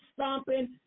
stomping